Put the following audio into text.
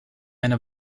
eine